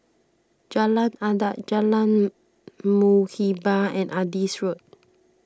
Jalan Adat Jalan Muhibbah and Adis Road